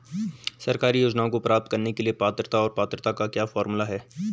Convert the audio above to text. सरकारी योजनाओं को प्राप्त करने के लिए पात्रता और पात्रता का क्या फार्मूला है?